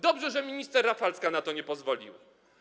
Dobrze, że minister Rafalska na to nie pozwoliła.